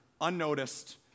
unnoticed